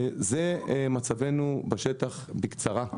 זה מצבנו בשטח, בקצרה.